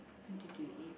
what did you eat